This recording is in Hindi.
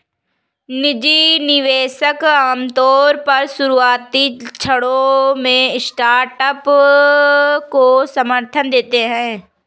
निजी निवेशक आमतौर पर शुरुआती क्षणों में स्टार्टअप को समर्थन देते हैं